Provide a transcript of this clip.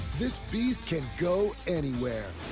this beast can go anywhere.